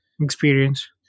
Experience